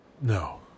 no